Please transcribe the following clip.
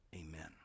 amen